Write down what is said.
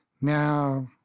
Now